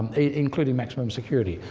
ah including maximum security,